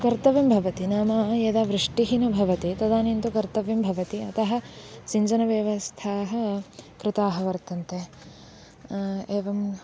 कर्तव्यं भवति नाम यदा वृष्टिः न भवति तदानीं तु कर्तव्यं भवति अतः सिञ्चनव्यवस्थाः कृताः वर्तन्ते एवम्